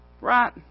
Right